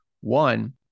One